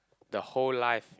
the whole life